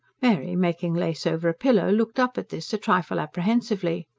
mary, making lace over a pillow, looked up at this, a trifle apprehensively.